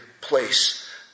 place